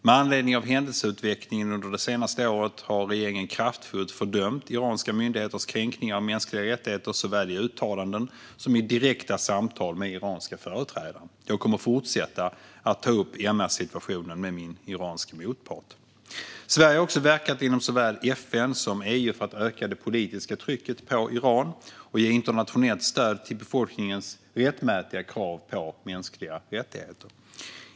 Med anledning av händelseutvecklingen under det senaste året har regeringen kraftfullt fördömt iranska myndigheters kränkningar av mänskliga rättigheter såväl i uttalanden som i direkta samtal med iranska företrädare. Jag kommer att fortsätta ta upp MR-situationen med min iranske motpart. Sverige har också verkat inom såväl FN som EU för att öka det politiska trycket på Iran och ge internationellt stöd till befolkningens rättmätiga krav på respekt för mänskliga rättigheter.